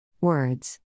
Words